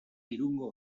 irungo